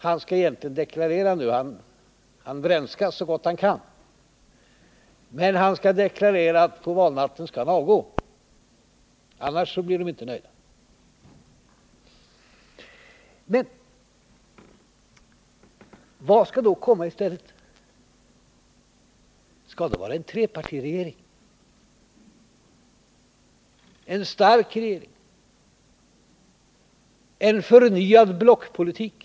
Han skall egentligen deklarera — men han vrenskas så gott han kan — att på valnatten skall han avgå, annars blir herrarna inte nöjda. Men vad skall då komma i stället? Skall det vara en trepartiregering? En stark regering? En förnyad blockpolitik?